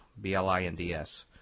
B-L-I-N-D-S